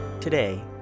today